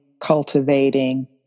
cultivating